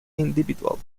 individual